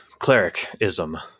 clericism